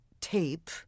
tape